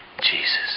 Jesus